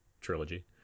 trilogy